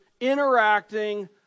interacting